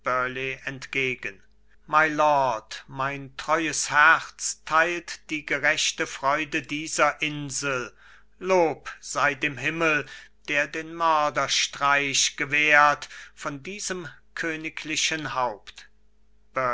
entgegen mylord mein treues herz teilt die gerechte freude dieser insel lob sei dem himmel der den mörderstreich gewehrt von diesem königlichen haupt